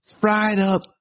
fried-up